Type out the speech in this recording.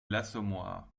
l’assommoir